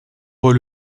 voit